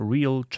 Real